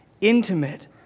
Intimate